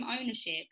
ownership